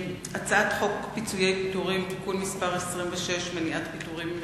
הצעת חוק פיצויי פיטורים (תיקון מס' 26) (מניעת פיטורים מחזוריים),